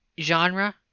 genre